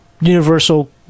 universal